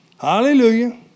Hallelujah